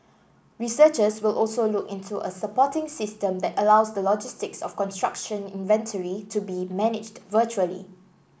researchers will also look into a supporting system that allows the logistics of construction inventory to be managed virtually